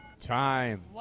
Time